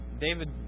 David